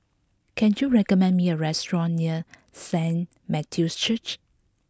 can you recommend me a restaurant near Saint Matthew's Church